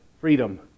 freedom